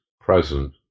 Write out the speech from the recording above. present